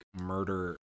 murder